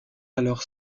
alors